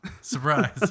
Surprise